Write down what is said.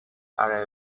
are